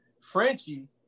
Frenchie